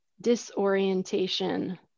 disorientation